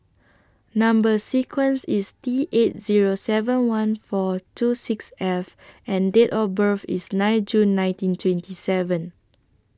Number sequence IS T eight Zero seven one four two six F and Date of birth IS nine June nineteen twenty seven